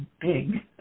big